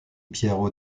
piero